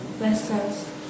lessons